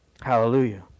Hallelujah